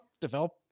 develop